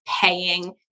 paying